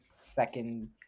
second